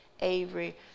Avery